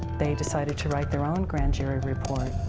they decided to write their own grand jury report,